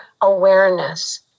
awareness